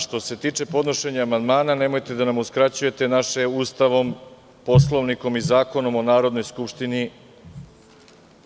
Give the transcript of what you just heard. Što se tiče podnošenja amandmana nemojte da nam uskraćujete naše Ustavom, Poslovnikom i Zakonom o Narodnoj skupštini pravo.